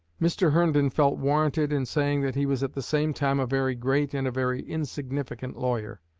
mr. herndon felt warranted in saying that he was at the same time a very great and a very insignificant lawyer.